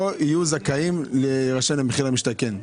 לא יהיו זכאים להירשם למחיר למשתכן.